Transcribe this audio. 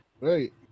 right